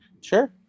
sure